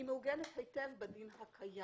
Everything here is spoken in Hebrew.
היא מעוגנת היטב בדין הקיים.